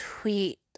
tweet